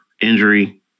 injury